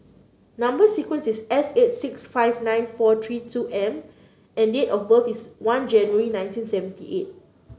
number sequence is S eight six five nine four three two M and date of birth is one January nineteen seventy eight